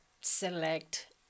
select